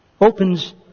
opens